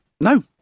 No